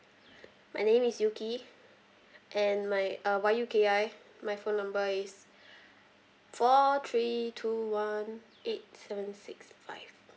my name is yuki and my uh Y U K I my phone number is four three two one eight seven six five